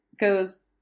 goes